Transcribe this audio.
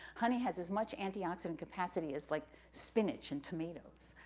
honey has as much antioxidant capacity as, like, spinach and tomatoes,